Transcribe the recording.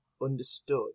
understood